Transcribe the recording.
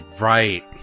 right